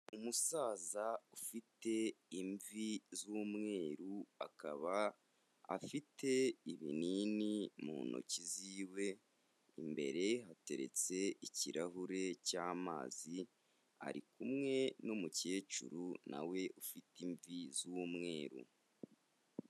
umusaza ufite imvi z'umweru akaba afite ibinini mu ntoki ziwe imbere hateretse ikirahure cymazi ari kumwe n'umukecuru nawe ufite imvi z'umweru